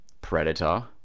predator